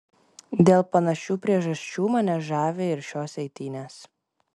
dėl panašių priežasčių mane žavi ir šios eitynės